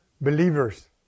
believers